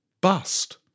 bust